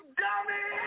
dummy